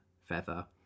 feather